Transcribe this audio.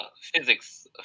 physics